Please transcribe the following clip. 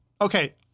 Okay